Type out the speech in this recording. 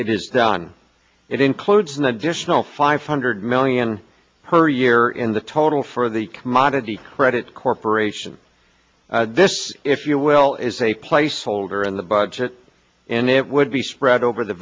it is done it includes an additional five hundred million per year in the total for the commodity credits corp this if you will is a placeholder in the budget and it would be spread over the